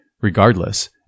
regardless